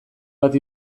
bat